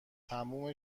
تمام